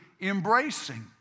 embracing